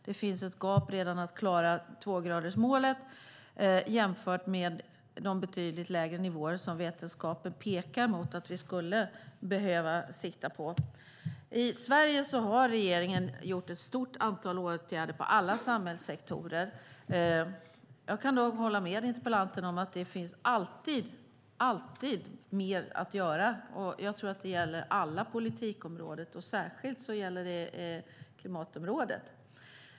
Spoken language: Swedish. Det finns redan ett gap när det gäller att klara tvågradersmålet, jämfört med de betydligt lägre nivåer som vetenskapen pekar på att vi skulle behöva sikta på. I Sverige har regeringen vidtagit ett stort antal åtgärder i alla samhällssektorer. Jag kan hålla med interpellanten om att det alltid finns mer att göra. Jag tror att det gäller alla politikområden, och särskilt klimatområdet.